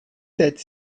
sept